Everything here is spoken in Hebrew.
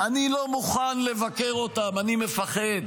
אני לא מוכן לבקר אותם, אני מפחד.